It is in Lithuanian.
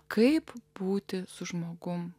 kaip būti su žmogumi